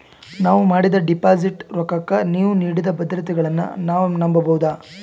ನಾವು ಮಾಡಿದ ಡಿಪಾಜಿಟ್ ರೊಕ್ಕಕ್ಕ ನೀವು ನೀಡಿದ ಭದ್ರತೆಗಳನ್ನು ನಾವು ನಂಬಬಹುದಾ?